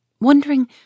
wondering